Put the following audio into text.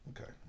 Okay